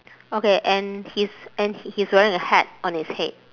okay and he's and he's wearing a hat on his head